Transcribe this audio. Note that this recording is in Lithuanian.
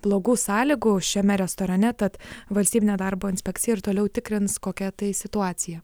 blogų sąlygų šiame restorane tad valstybinė darbo inspekcija ir toliau tikrins kokia tai situacija